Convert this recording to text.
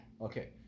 okay